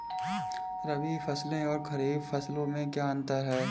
रबी फसलों और खरीफ फसलों में क्या अंतर है?